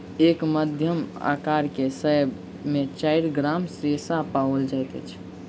एक मध्यम अकार के सेब में चाइर ग्राम रेशा पाओल जाइत अछि